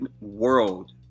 world